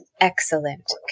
excellent